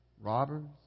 robbers